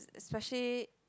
is specially